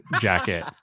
jacket